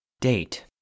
Date